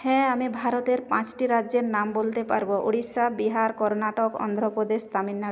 হ্যাঁ আমি ভারতের পাঁচটি রাজ্যের নাম বলতে পারবো উড়িষ্যা বিহার কর্ণাটক অন্ধ্রপ্রদেশ তামিলনাড়ু